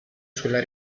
sulla